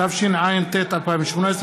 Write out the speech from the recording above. התשע"ט 2018,